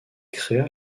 créa